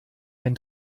ein